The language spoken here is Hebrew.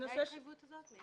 ממתי ההתחייבות הזאת?